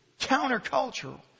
countercultural